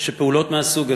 שפעולות מהסוג הזה,